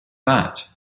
that